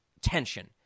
tension